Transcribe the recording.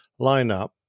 lineup